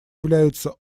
являются